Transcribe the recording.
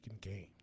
game